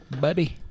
buddy